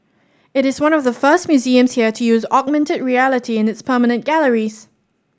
it is one of the first museums here to use augmented reality in its permanent galleries